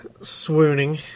swooning